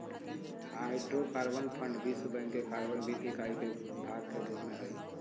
hydrocarbon fund विश्व bank के carbon वित्त इकाई के भाग के रूप में हइ